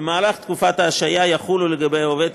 במהלך תקופת ההשעיה יחולו על העובד